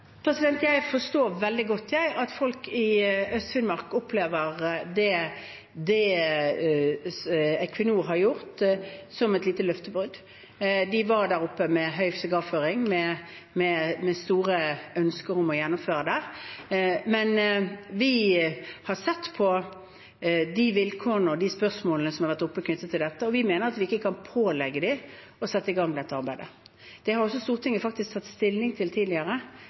Jeg forstår veldig godt at folk i Øst-Finnmark opplever det Equinor har gjort, som et lite løftebrudd. De var der oppe med høy sigarføring, med store ønsker om å gjennomføre der. Vi har sett på vilkårene og spørsmålene som har vært oppe knyttet til dette, og mener vi ikke kan pålegge dem å sette i gang dette arbeidet. I hvilken grad man skal gjøre det, har Stortinget faktisk tatt stilling til tidligere.